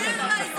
רק במשטרים חשוכים.